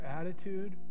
attitude